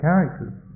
Characters